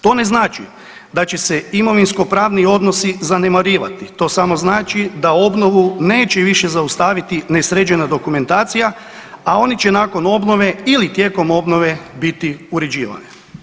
To ne znači da će se imovinskopravni odnosi zanemarivati, to samo znači da obnovu neće više zaustaviti nesređena dokumentacija, a oni će nakon obnove ili tijekom obnove biti uređivani.